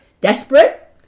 Desperate